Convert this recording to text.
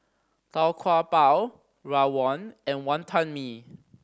Tau Kwa Pau rawon and Wonton Mee